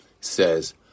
says